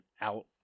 out